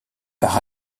par